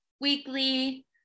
weekly